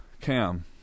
Cam